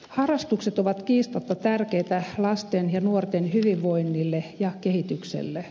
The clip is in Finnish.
harrastukset ovat kiistatta tärkeitä lasten ja nuorten hyvinvoinnille ja kehitykselle